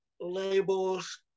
labels